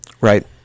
Right